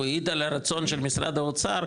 הוא העיד על הרצון של משרד האוצר,